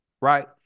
right